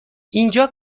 اینجا